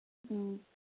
ꯎꯝ